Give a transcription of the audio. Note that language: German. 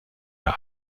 eine